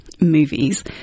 movies